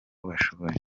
bashoboye